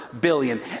billion